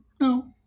No